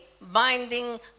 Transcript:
Binding